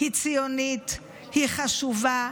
היא ציונית, היא חשובה,